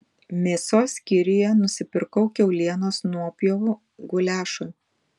mėsos skyriuje nusipirkau kiaulienos nuopjovų guliašui